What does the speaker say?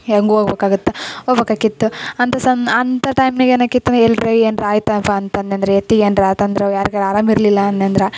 ಹಿಂಗೆ ಹೋಗ್ಬೇಕಾಗತ್ತ ಹೋಬಕಾಕಿತ್ತು ಅಂತ ಸನ ಅಂತ ಟೈಮ್ನ್ಯಾಗೆ ಏನಾಕಿತ್ತು ಅಂದರೆ ಎಲ್ಲರೇ ಏನರ ಆಯಿತಪ್ಪಾ ಅಂತಂದ್ನಂದರೆ ಎತ್ತಿಗೆ ಏನರ ಆತಂದ್ರೆ ಯಾರಿಗಾರು ಆರಾಮ ಇರಲಿಲ್ಲ ಅನ್ಯಂದ್ರೆ